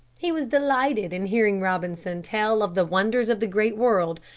he was delighted in hearing robinson tell of the wonders of the great world,